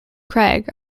craig